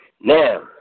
Now